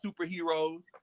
superheroes